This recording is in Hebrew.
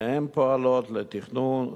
והן פועלות לתכנון,